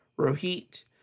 Rohit